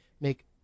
make